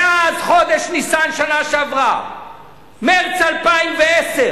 מאז חודש ניסן שנה שעברה, מרס 2010,